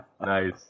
Nice